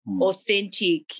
authentic